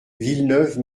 villeneuve